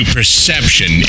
Perception